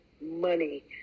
money